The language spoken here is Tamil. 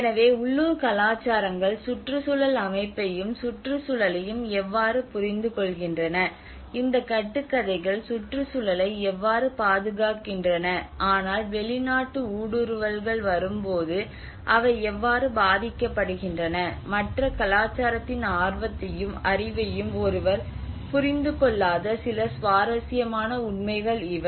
எனவே உள்ளூர் கலாச்சாரங்கள் சுற்றுச்சூழல் அமைப்பையும் சுற்றுச்சூழலையும் எவ்வாறு புரிந்துகொள்கின்றன இந்த கட்டுக்கதைகள் சுற்றுச்சூழலை எவ்வாறு பாதுகாக்கின்றன ஆனால் வெளிநாட்டு ஊடுருவல்கள் வரும்போது அவை எவ்வாறு பாதிக்கப்படுகின்றன மற்ற கலாச்சாரத்தின் ஆர்வத்தையும் அறிவையும் ஒருவர் புரிந்து கொள்ளாத சில சுவாரஸ்யமான உண்மைகள் இவை